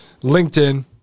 LinkedIn